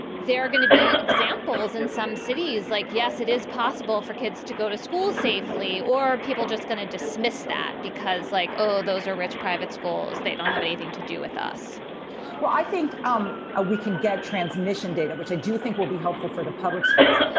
they're going to be example. in and some cities like, yes, it is possible for kids to go to school safely or people just going to dismiss that because like, oh, those are rich private schools, they don't have anything to do with us well, i think um ah we can get transmission data, which i do think will be helpful for the public schools.